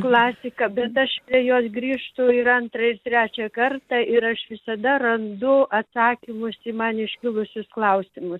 klasika bet aš prie jos grįžtu ir antrą ir trečią kartą ir aš visada randu atsakymus į man iškilusius klausimus